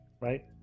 right